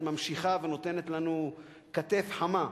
חברי,